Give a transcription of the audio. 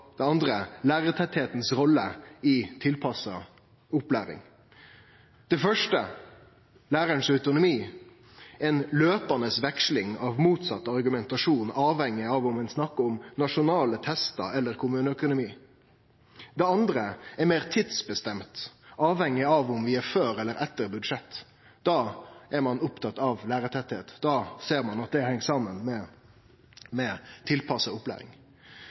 rolle i tilpassa opplæring. Det første – lærarens autonomi, ei løpande veksling av motsett argumentasjon, avhengig av om ein snakkar om nasjonale testar eller kommuneøkonomi. Det andre er meir tidsbestemt, avhengig av om vi er før eller etter budsjett. Da er ein opptatt av lærartettleik, da ser ein at det heng saman med meir tilpassa opplæring.